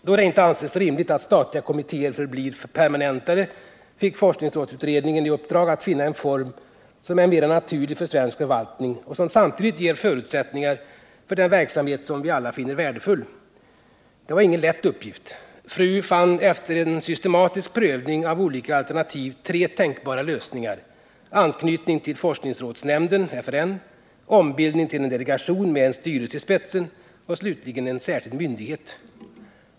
Då det inte anses rimligt att statliga kommittéer förblir permanentade fick forskningsrådsutredningen i uppdrag att finna en form som är mer naturlig för svensk förvaltning och som samtidigt ger förutsättningar för den verksamhet som vi alla finner värdefull. Det var ingen lätt uppgift. FRU fann efter en systematisk prövning av olika alternativ tre tänkbara lösningar: anknytning till forskningrådsnämnden , ombildning till en delegation med en styrelse i spetsen och slutligen en särskild myndighet.